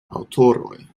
aŭtoroj